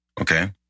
Okay